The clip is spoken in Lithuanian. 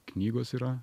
knygos yra